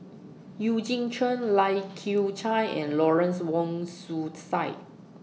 Eugene Chen Lai Kew Chai and Lawrence Wong Shyun Tsai